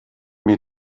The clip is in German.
mir